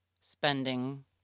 spending